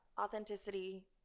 authenticity